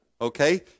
Okay